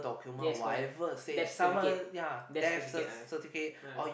yes correct death certificate death certificate ah ah